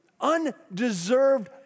undeserved